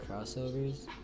crossovers